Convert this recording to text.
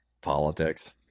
Politics